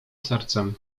sercem